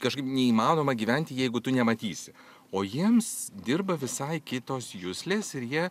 kažkaip neįmanoma gyventi jeigu tu nematysi o jiems dirba visai kitos juslės ir jie